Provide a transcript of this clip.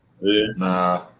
Nah